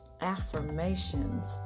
affirmations